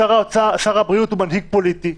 שר הבריאות הוא מנהיג פוליטי.